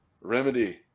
Remedy